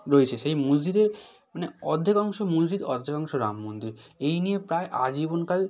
রয়েছে সেই মসজিদের মানে অর্ধেক অংশ মসজিদ অর্ধেক অংশ রাম মন্দির এই নিয়ে প্রায় আজীবন কাল